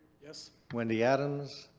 yes. wendy adams.